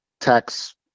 tax